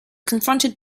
confronted